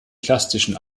plastischen